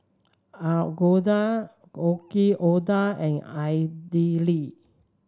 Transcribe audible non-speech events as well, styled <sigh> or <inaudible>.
Alu Gobi <unintelligible> Yaki Udon and Idili